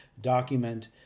document